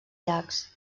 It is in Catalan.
llacs